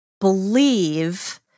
believe